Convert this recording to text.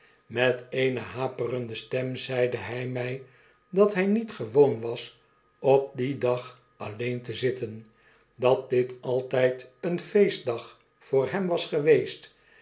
met eene haperende stem zeide hij mij dat hy niet gewoon was op dien dag alleen te zitten dat dit altyd een feestdag voor hem was geweest